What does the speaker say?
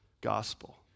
gospel